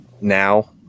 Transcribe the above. now